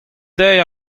deiz